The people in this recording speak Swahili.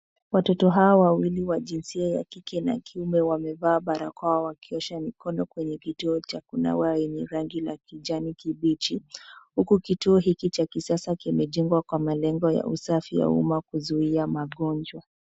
Watoto hawa, wawili, wa jinsia ya kike, na kiume wamevaa barakoa, wakiosha mikono kwenye kituo cha kunawa, yenye rangi la kijani kibichi. Huku, kituo hik,i cha kisasa kimejengwa kwa malengo ya usafi ya umma, kuzuia magonjwa.